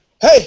Hey